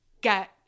get